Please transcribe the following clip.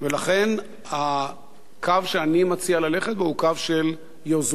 לכן הקו שאני מציע ללכת בו הוא קו של יוזמה.